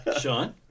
Sean